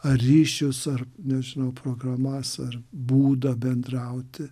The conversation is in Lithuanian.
ar ryšius ar nežinau programas ar būdą bendrauti